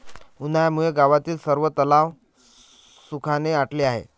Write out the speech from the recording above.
उन्हामुळे गावातील सर्व तलाव सुखाने आटले आहेत